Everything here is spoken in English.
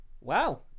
Wow